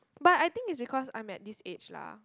but I think it's because I'm at this age lah